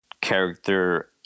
character